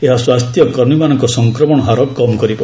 ଏହା ସ୍ୱାସ୍ଥ୍ୟ କର୍ମୀମାନଙ୍କ ସଂକ୍ରମଣରହାର କମ୍ କରିବ